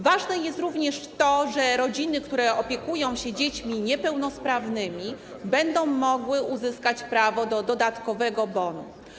Ważne jest również to, że rodziny, które opiekują się dziećmi niepełnosprawnymi, będą mogły uzyskać prawo do dodatkowego bonu.